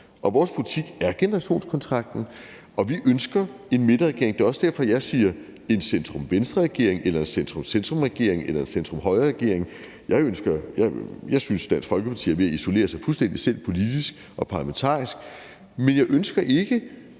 Og vores politik er generationskontrakten, og vi ønsker en midterregering. Det er også derfor, at jeg siger en centrum-venstre-regering eller en centrum-centrum-regering eller en centrum-højre-regering. Jeg synes, at Dansk Folkeparti er ved at isolere sig selv fuldstændig politisk og parlamentarisk. Men jeg ønsker ikke